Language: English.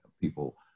people